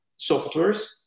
softwares